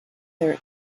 their